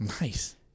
nice